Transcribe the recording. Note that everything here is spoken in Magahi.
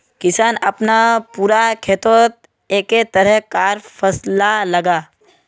किसान अपना पूरा खेतोत एके तरह कार फासला लगाः